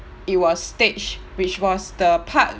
it was staged which was the part